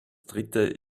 dritte